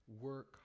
work